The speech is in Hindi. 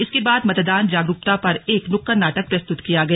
इसके बाद मतदान जागरूकता पर एक नुक्कड़ नाटक प्रस्तुत किया गया